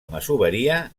masoveria